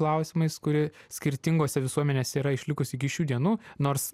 klausimais kuri skirtingose visuomenėse yra išlikus iki šių dienų nors